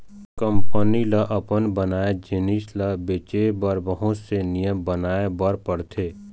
company ल अपन बनाए जिनिस ल बेचे बर बहुत से नियम बनाए बर परथे